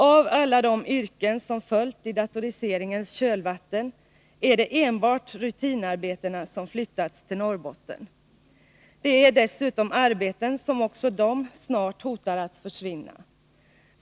Av alla de yrken som följt i datoriseringens kölvatten är det enbart rutinarbetena som flyttats till Norrbotten. Det är dessutom arbeten som också de snart hotar att försvinna.